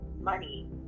money